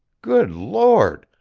good lord,